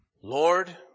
Lord